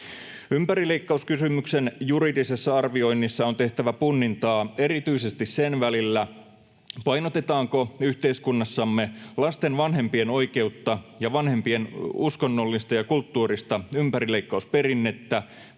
Ympärileikkauskysymyksen juridisessa arvioinnissa on tehtävä punnintaa erityisesti sen välillä, painotetaanko yhteiskunnassamme lasten vanhempien oikeutta ja vanhempien uskonnollista ja kulttuurista ympärileikkausperinnettä